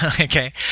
Okay